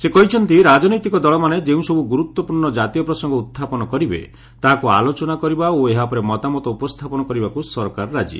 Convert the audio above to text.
ସେ କହିଛନ୍ତି ରାଜନୈତିକ ଦଳମାନେ ଯେଉଁସବୁ ଗୁରୁତ୍ୱପୂର୍ଣ୍ଣ କାତୀୟ ପ୍ରସଙ୍ଗ ଉତ୍ଥାପନ କରିବେ ତାହାକୁ ଆଲୋଚନା କରିବା ଓ ଏହା ଉପରେ ମତାମତ ଉପସ୍ଥାପନ କରିବାକୁ ସରକାର ରାଜି